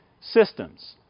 systems